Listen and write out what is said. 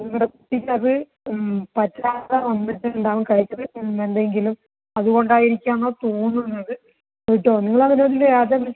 ഇവിട പിശക് പറ്റാത്ത വന്നിട്ടുണ്ടാവും കഴിച്ചത് ഇന്ന് എന്തെങ്കിലും അതുകൊണ്ടായിരിക്കാമെന്നാണ് തോന്നുന്നത് ഫുഡ്ഡോ നിങ്ങൾ അതിന്